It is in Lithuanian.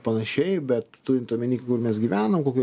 panašiai bet turint omeny kur mes gyvenam kokioj